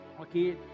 okay